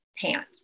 pants